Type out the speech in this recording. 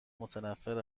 متنفر